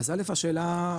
אז א' השאלה,